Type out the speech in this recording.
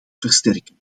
versterken